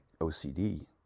OCD